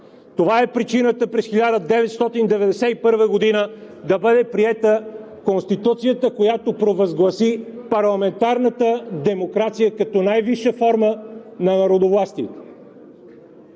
Това е причината през 1991 г. да бъде приета Конституцията, която провъзгласи парламентарната демокрация като най-висша форма на народовластието.